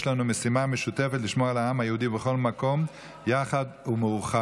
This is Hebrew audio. יש לנו משימה משותפת: לשמור על העם היהודי בכל מקום יחד ומאוחד,